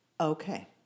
Okay